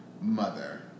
mother